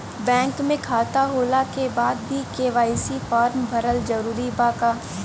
Bank में खाता होला के बाद भी के.वाइ.सी फार्म भरल जरूरी बा का?